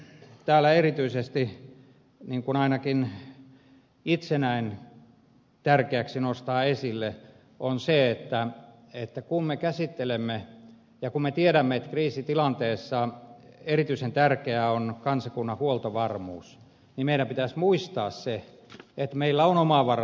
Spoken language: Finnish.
mitä sitten erityisesti ainakin itse näen tärkeäksi nostaa täältä esille on se että kun me tiedämme että kriisitilanteessa erityisen tärkeää on kansakunnan huoltovarmuus niin meidän pitäisi muistaa se että meillä on oma avara